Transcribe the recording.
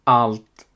allt